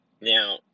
Now